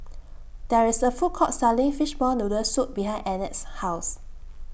There IS A Food Court Selling Fishball Noodle Soup behind Annette's House